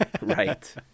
Right